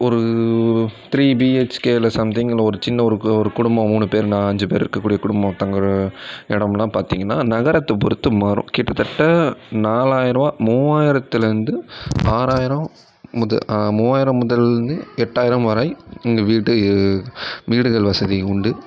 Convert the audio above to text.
ஒரு three BHK இல்லை something இல்லை ஒரு சின்ன ஒரு குடும்பம் மூணு பேருனா அஞ்சு பேர் இருக்கக்கூடிய குடும்பம் தங்குகிற இடம்லாம் பார்த்திங்கனா நகரத்தை பொருத்து மாறும் கிட்டத்தட்ட நாலாயிரம் ரூபாய் மூவாயிரத்திலருந்து ஆறாயிரம் முதல் மூவாயிரம் முதல் இருந்து எட்டாயிரம் வரை இங்கே வீட்டு வீடுகள் வசதி உண்டு